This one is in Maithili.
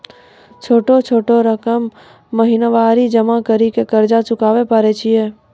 छोटा छोटा रकम महीनवारी जमा करि के कर्जा चुकाबै परए छियै?